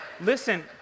Listen